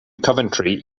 coventry